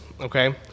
okay